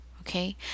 okay